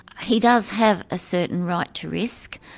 he does have a certain right to risk,